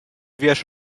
wiesz